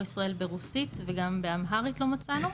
ישראל ברוסית וגם באמהרית לא מצאנו.